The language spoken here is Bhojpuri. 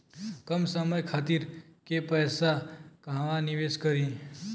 कम समय खातिर के पैसा कहवा निवेश करि?